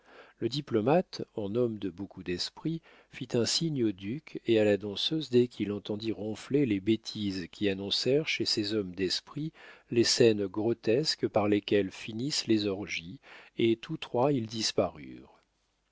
le diplomate en homme de beaucoup d'esprit fit un signe au duc et à la danseuse dès qu'il entendit ronfler les bêtises qui annoncèrent chez ces hommes d'esprit les scènes grotesques par lesquelles finissent les orgies et tous trois ils